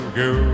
go